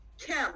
Kim